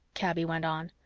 kaby went on,